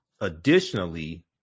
additionally